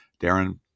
Darren